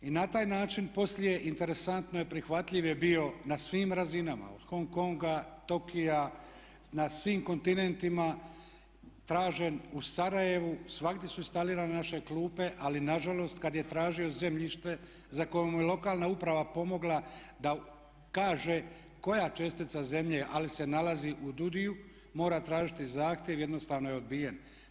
I na taj način poslije interesantno je prihvatljiv bio na svim razinama od Hong Konga, Tokija, na svim kontinentima, tražen u Sarajevu, svagdje su instalirane naše klupe ali nažalost kad je tražio zemljište za koje mu je lokalna uprava pomogla da kaže koja čestica zemlje, ali se nalazi u DUUDI-u mora tražiti zahtjev jednostavno je odbijen.